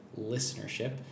listenership